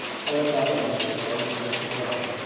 followed by the long-sustained note of another,